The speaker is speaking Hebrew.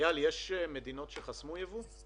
אייל, יש מדינות שחסמו ייבוא?